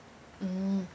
mm